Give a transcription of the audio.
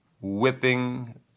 whipping